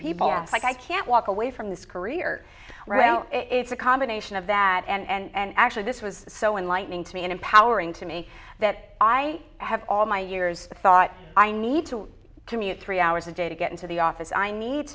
people like i can't walk away from this career it's a combination of that and actually this was so in lightning to me and empowering to me that i have all my years of thought i need to commute three hours a day to get into the office i need